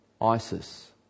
Isis